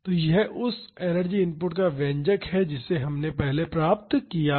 तो यह उस एनर्जी इनपुट का व्यंजक है जिसे हमने पहले प्राप्त किया है